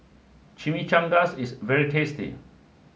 Chimichangas is very tasty